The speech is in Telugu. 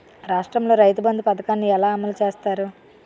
రాష్ట్రంలో రైతుబంధు పథకాన్ని ఎలా అమలు చేస్తారు?